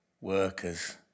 workers